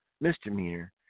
misdemeanor